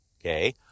Okay